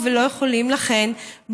ולכן לא יכולים,